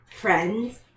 Friends